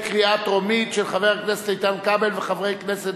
של חבר הכנסת איתן כבל וחברי כנסת